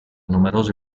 numerosi